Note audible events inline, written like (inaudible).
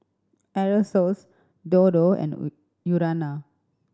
Aerosoles Dodo and (unintelligible) Urana